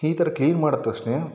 ಈ ಥರ ಕ್ಲೀನ್ ಮಾಡಿದ ತಕ್ಷಣ